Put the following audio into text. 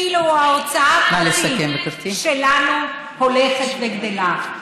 ואילו ההוצאה הפרטית שלנו הולכת וגדלה.